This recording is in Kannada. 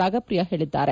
ರಾಗಪ್ರಿಯ ಹೇಳಿದ್ದಾರೆ